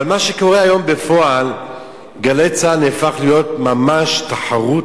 אבל מה שקורה היום בפועל הוא ש"גלי צה"ל" הפכה להיות ממש תחרות